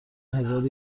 هزارو